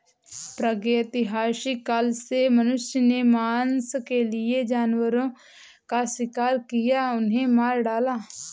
प्रागैतिहासिक काल से मनुष्य ने मांस के लिए जानवरों का शिकार किया, उन्हें मार डाला